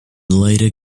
later